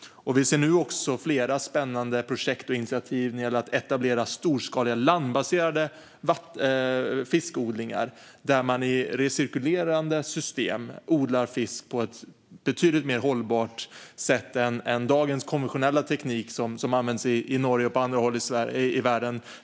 Vi ser även flera spännande projekt och initiativ vad gäller att etablera storskaliga landbaserade fiskodlingar. I recirkulerande system odlar man fisk på ett betydligt mer hållbart sätt än dagens konventionella teknik som används i Norge och på andra håll i världen.